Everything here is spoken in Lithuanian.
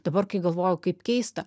dabar kai galvojau kaip keista